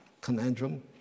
conundrum